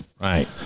Right